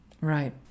Right